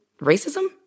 racism